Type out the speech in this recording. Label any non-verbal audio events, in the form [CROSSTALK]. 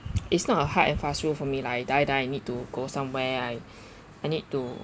it's not a hard and fast rule for me lah I die die I need to go somewhere I [BREATH] I need to